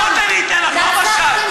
וצריכים לארגן עוד משטים ועוד משטים,